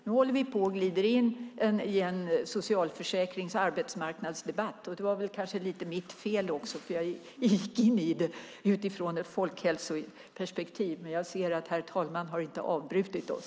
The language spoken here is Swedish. Nu håller vi på och glider in i en socialförsäkrings och arbetsmarknadsdebatt. Det kanske också lite är mitt fel eftersom jag gick in i debatten utifrån ett folkhälsoperspektiv. Men herr talmannen har inte avbrutit oss.